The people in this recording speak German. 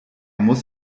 muss